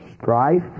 Strife